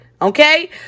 Okay